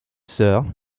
sœur